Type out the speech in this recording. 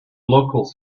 locals